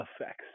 effects